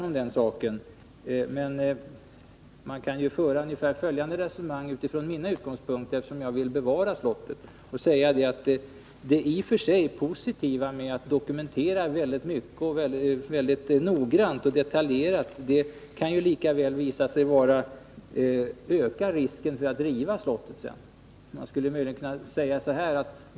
Men eftersom jag vill bevara slottet kan jag lika gärna säga att detta med dokumentation ökar risken för att man sedan river slottet.